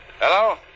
Hello